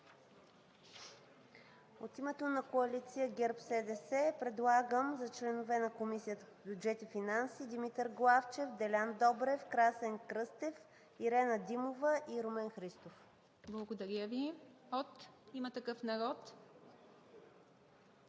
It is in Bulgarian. От името на Коалиция ГЕРБ-СДС предлагам за членове на Комисията по бюджет и финанси: Димитър Главчев, Делян Добрев, Красен Кръстев, Ирена Димова и Румен Христов. ПРЕДСЕДАТЕЛ ИВА МИТЕВА: Благодаря Ви. От „Има такъв народ“.